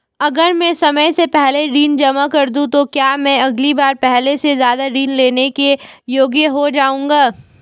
अगर मैं समय से पहले ऋण जमा कर दूं तो क्या मैं अगली बार पहले से ज़्यादा ऋण लेने के योग्य हो जाऊँगा?